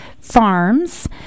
farms